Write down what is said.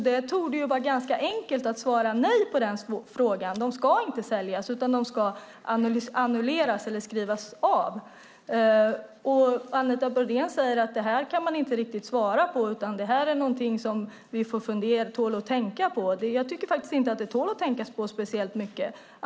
Det torde därför vara ganska enkelt att svara nej på den frågan, att utsläppsrätterna inte ska säljas utan ska annulleras eller skrivas av. Anita Brodén säger att hon inte riktigt kan svara på det utan att detta är någonting som tål att tänkas på. Jag tycker faktiskt inte att det tål att tänkas på speciellt mycket.